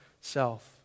self